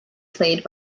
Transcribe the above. played